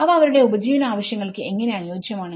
അവ അവരുടെ ഉപജീവന ആവശ്യങ്ങൾക്ക് എങ്ങനെ അനുയോജ്യമാണ്